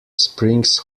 springs